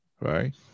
right